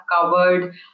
covered